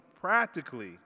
practically